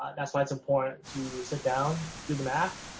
um that's why it's important to sit down, do the math,